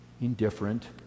indifferent